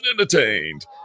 entertained